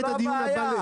דובאי.